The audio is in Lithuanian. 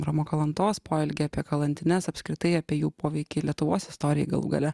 romo kalantos poelgį apie kalantines apskritai apie jų poveikį lietuvos istorijai galų gale